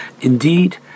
Indeed